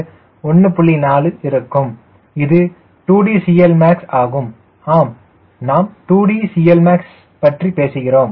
4 இருக்கும் இது 2D Clmax ஆகும் ஆம் நாம் 2D Clmax பற்றி பேசுகிறோம்